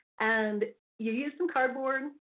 and you use some cardboard,